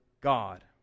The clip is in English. God